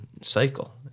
cycle